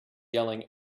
yelling